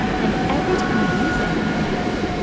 and every time we use antibiotics,